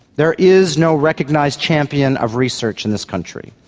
there is no recognised champion of research in this country,